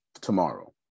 tomorrow